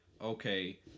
okay